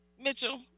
mitchell